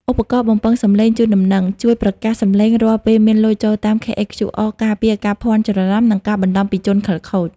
ឧបករណ៍បំពងសំឡេងជូនដំណឹង ជួយប្រកាសសំឡេងរាល់ពេលមានលុយចូលតាម KHQR ការពារការភ័ន្តច្រឡំ និងការបន្លំពីជនខិលខូច។